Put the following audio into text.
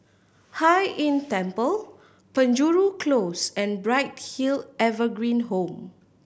Hai Inn Temple Penjuru Close and Bright Hill Evergreen Home